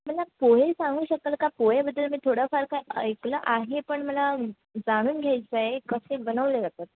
मला पोहे सांगू शकाल का पोह्याबद्दल मी थोडाफार काय ऐकलं आहे पण मला जाणून घ्यायचं आहे कसे बनवले जातात